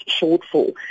shortfall